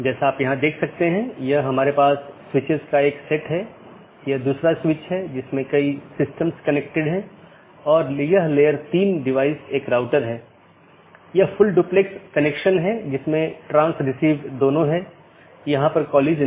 इसलिए आप देखते हैं कि एक BGP राउटर या सहकर्मी डिवाइस के साथ कनेक्शन होता है यह अधिसूचित किया जाता है और फिर कनेक्शन बंद कर दिया जाता है और अंत में सभी संसाधन छोड़ दिए जाते हैं